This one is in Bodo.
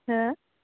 हो